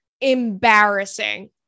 embarrassing